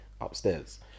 upstairs